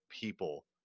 people